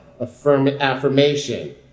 affirmation